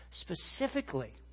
specifically